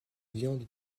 viande